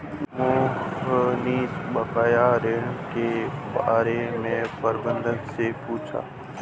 मोहनीश बकाया ऋण के बारे में प्रबंधक से पूछा